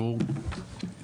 שלום וברכה צוהריים טובים,